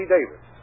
Davis